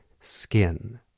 skin